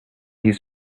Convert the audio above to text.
his